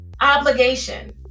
obligation